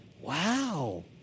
Wow